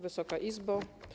Wysoka Izbo!